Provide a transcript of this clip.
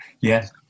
Yes